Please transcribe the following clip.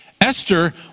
Esther